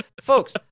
folks